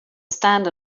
stand